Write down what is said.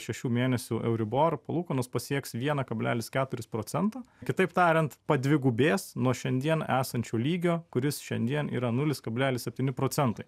šešių mėnesių euribor palūkanos pasieks vieną kablelis keturis procento kitaip tariant padvigubės nuo šiandien esančio lygio kuris šiandien yra nulis kablelis septyni procentai